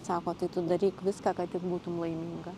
sako tai tu daryk viską kad tik būtum laiminga